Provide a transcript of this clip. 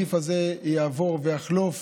שהנגיף הזה יעבור ויחלוף